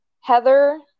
Heather